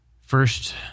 first